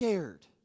scared